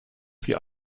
sie